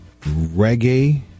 reggae